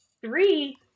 Three